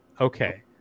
Okay